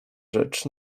rzecz